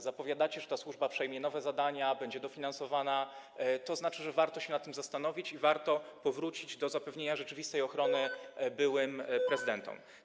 Zapowiadacie, że ta służba przejmie nowe zadania, będzie dofinansowana, tzn. że warto się nad tym zastanowić i warto powrócić do zapewnienia rzeczywistej ochrony byłym prezydentom.